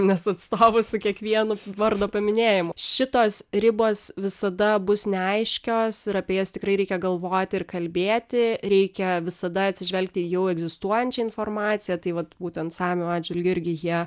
nes atstovu su kiekvienu vardo paminėjimu šitos ribos visada bus neaiškios ir apie jas tikrai reikia galvoti ir kalbėti reikia visada atsižvelgti į jau egzistuojančią informaciją tai vat būtent samių atžvilgiu irgi jie